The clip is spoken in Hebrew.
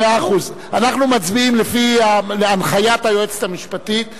אנחנו מצביעים לפי הנחיית היועצת המשפטית.